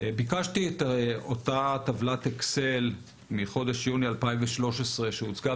את אותה טבלת אקסל מחודש יוני 2013 שהוצגה